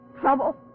trouble